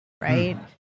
right